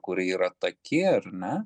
kur yra taki ar ne